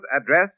address